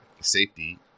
safety